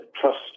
trust